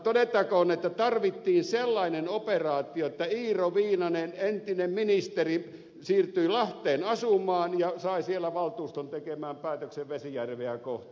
todettakoon että tarvittiin sellainen operaatio että iiro viinanen entinen ministeri siirtyi lahteen asumaan ja sai siellä valtuuston tekemään päätöksen vesijärveä kohti